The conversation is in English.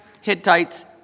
Hittites